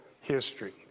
history